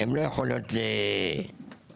הן לא יכולות להסתגל